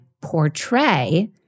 portray